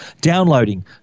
downloading